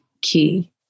key